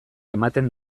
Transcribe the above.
ematen